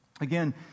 Again